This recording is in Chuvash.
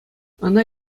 ӑна